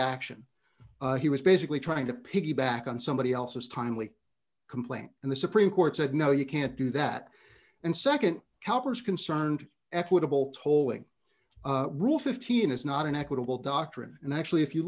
action he was basically trying to piggyback on somebody else's timely complaint and the supreme court said no you can't do that and nd helper's concerned equitable tolling rule fifteen is not an equitable doctrine and actually if you